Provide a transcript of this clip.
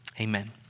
Amen